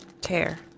tear